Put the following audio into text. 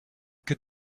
que